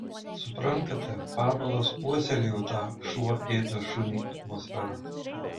suprantate pavelas puoselėjo tą šuo ėda šunį atmosferą